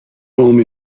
home